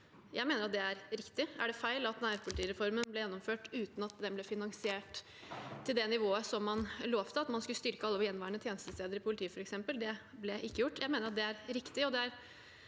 Jeg mener det er riktig. Er det feil at nærpolitireformen ble gjennomført uten at den ble finansiert til det nivået man lovet? Man skulle f.eks. styrke alle gjenværende tjenestesteder, men det ble ikke gjort. Jeg mener det er riktig, og det er